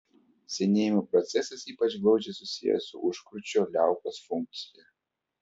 senėjimo procesas ypač glaudžiai susijęs su užkrūčio liaukos funkcija